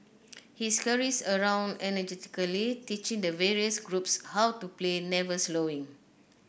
he scurries around energetically teaching the various groups how to play never slowing